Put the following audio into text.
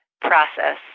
process